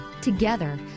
Together